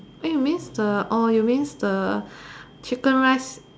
means the you means the chicken rice